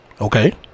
Okay